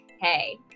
hey